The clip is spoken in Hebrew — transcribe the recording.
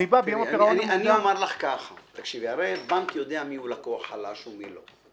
אני בא ביום הפירעון המוקדם --- הרי בנק יודע מי הוא לקוח חלש ומי לא.